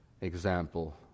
example